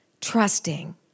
trusting